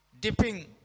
dipping